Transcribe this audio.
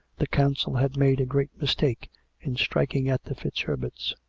the council had made a great mistake in striking at the fitzherberts.